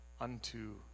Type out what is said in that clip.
unto